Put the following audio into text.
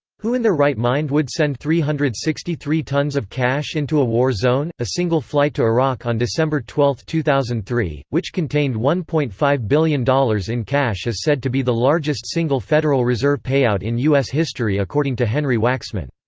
who in their right mind would send three hundred and sixty three tons of cash into a war zone? a single flight to iraq on december twelve, two thousand and three, which contained one point five billion dollars in cash is said to be the largest single federal reserve payout in us history according to henry waxman.